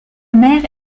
mère